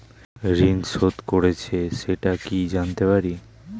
ঋণ শোধ করেছে সেটা কি জানতে পারি?